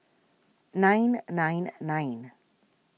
nine nine nine